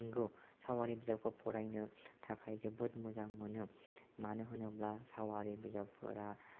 नोंगौ साववारि बिजाबखौ फरायनो थाखाय जोबोद मोजां मोनो मानो होनोबा साववारि बिजाबफोरा